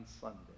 Sunday